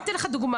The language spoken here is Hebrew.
אני אתן לך דוגמה,